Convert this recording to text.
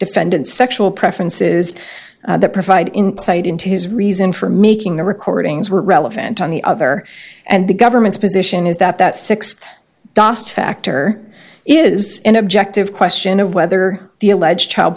defendant sexual preferences that provide insight into his reason for making the recordings were relevant on the other and the government's position is that that sixth dost factor is an objective question of whether the alleged child